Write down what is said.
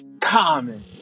common